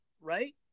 right